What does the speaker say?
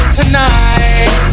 tonight